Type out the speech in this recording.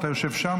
אתה יושב שם,